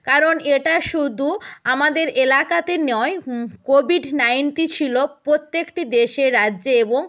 কারণ এটা শুধু আমাদের এলাকাতে নয় কোভিড নাইন্টিন ছিলো প্রত্যেকটি দেশে রাজ্যে এবং